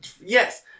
yes